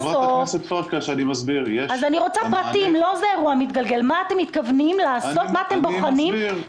מה אתם מתכוונים לעשות,